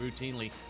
routinely